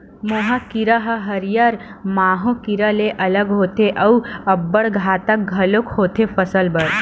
मोहा कीरा ह हरियर माहो कीरा ले अलगे होथे अउ अब्बड़ घातक घलोक होथे फसल बर